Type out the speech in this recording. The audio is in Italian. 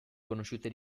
conosciute